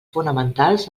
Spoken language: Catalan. fonamentals